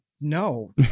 no